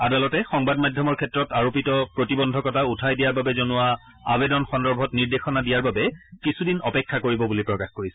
আদালতে সংবাদ মাধ্যমৰ ক্ষেত্ৰত আৰোপিত প্ৰতিবন্ধকতা উঠাই দিয়াৰ বাবে জনোৱা আৱেদন সন্দৰ্ভত নিৰ্দেশনা দিয়াৰ বাবে কিছুদিন অপেক্ষা কৰিব বুলি প্ৰকাশ কৰিছে